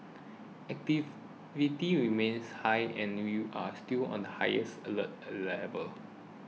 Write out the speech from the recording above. activity remains high and we are still on highest alert level